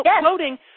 quoting